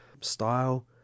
style